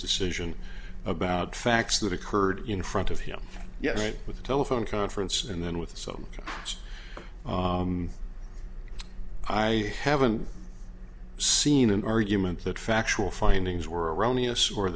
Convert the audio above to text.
decision about facts that occurred in front of him yesterday with a telephone conference and then with some us i haven't seen an argument that factual findings were